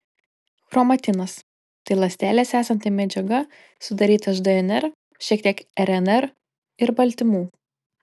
chromatinas tai ląstelėse esanti medžiaga sudaryta iš dnr šiek tiek rnr ir baltymų